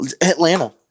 Atlanta